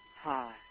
Hi